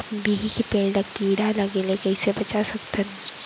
बिही के पेड़ ला कीड़ा लगे ले कइसे बचा सकथन?